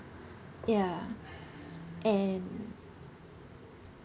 ya and